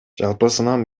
жалпысынан